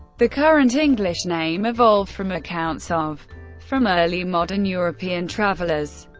the current english name evolved from accounts of from early modern european travelers.